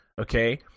okay